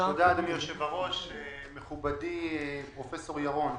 מכובדי פרופסור ירון.